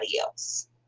else